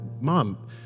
Mom